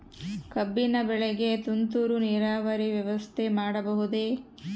ಕಬ್ಬಿನ ಬೆಳೆಗೆ ತುಂತುರು ನೇರಾವರಿ ವ್ಯವಸ್ಥೆ ಮಾಡಬಹುದೇ?